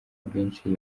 byinshi